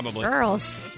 girls